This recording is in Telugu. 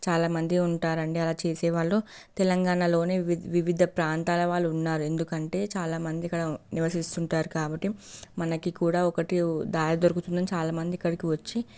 చాలా మంది ఉంటారండీ అలా చేసే వాళ్ళు తెలంగాణలోని వివి వివిధ ప్రాంతాల వాళ్ళు ఉన్నారు ఎందుకంటే చాలా మంది ఇక్కడ నివసిస్తూ ఉంటారు కాబట్టి మనకి కూడా ఒకటి దారి దొరుకుతుందని చాలా మంది ఇక్కడికి వచ్చి